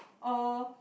all